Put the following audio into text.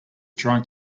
trying